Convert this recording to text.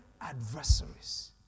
adversaries